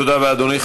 תודה רבה, אדוני.